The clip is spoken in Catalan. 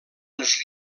les